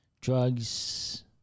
drugs